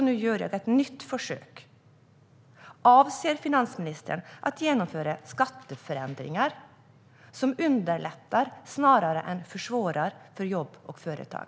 Nu gör jag ett nytt försök: Avser finansministern att genomföra skatteförändringar som underlättar snarare än försvårar för jobb och företag?